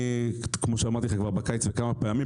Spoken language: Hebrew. כמו שאמרתי לך כבר בקיץ כמה פעמים,